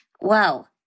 wow